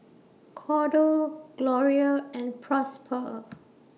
Cordell Gloria and Prosper